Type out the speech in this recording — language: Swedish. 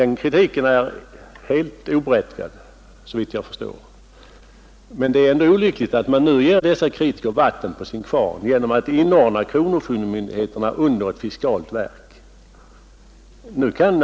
Den kritiken är helt oberättigad, såvitt jag förstår, men det är ändå olyckligt att man nu ger dessa kritiker vatten på sin kvarn genom att inordna kronofogdemyndigheterna under ett fiskalt verk.